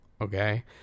okay